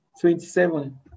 twenty-seven